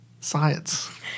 Science